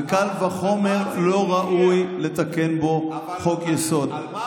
וקל וחומר לא ראוי לתקן בו חוק-יסוד.